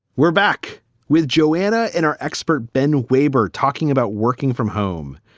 we're back with joanna in our expert ben waber talking about working from home,